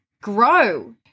grow